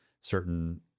certain